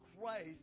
Christ